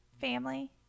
family